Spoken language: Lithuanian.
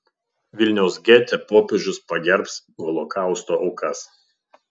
vilniaus gete popiežius pagerbs holokausto aukas